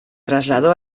trasladó